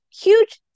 huge